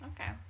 Okay